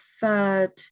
third